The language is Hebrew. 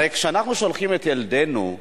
הרי כשאנחנו שולחים את ילדינו,